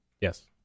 Yes